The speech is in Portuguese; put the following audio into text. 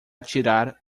tirar